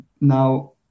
now